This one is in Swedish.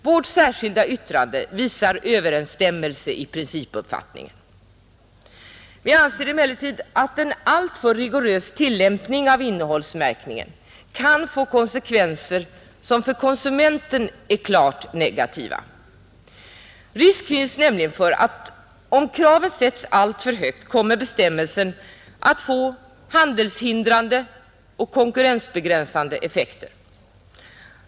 Vårt särskilda yttrande visar överensstämmelse i principuppfattningen. Vi anser emellertid att en alltför rigorös tillämpning av innehållsmärkningen kan få konsekvenser som för konsumenten är klart negativa. Risk finns nämligen att om kraven sätts alltför högt kommer bestämmelsen att få handelshindrande och konkurrensbegränsande effekter.